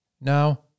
Now